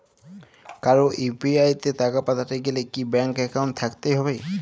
কারো ইউ.পি.আই তে টাকা পাঠাতে গেলে কি ব্যাংক একাউন্ট থাকতেই হবে?